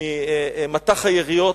ממטח היריות